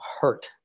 hurt